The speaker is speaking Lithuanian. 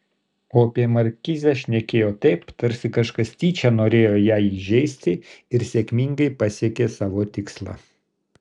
o apie markizę šnekėjo taip tarsi kažkas tyčia norėjo ją įžeisti ir sėkmingai pasiekė savo tikslą